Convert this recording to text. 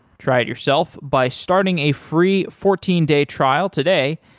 try it yourself by starting a free fourteen day trial today.